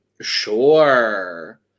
Sure